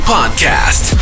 Podcast